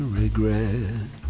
regret